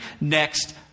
next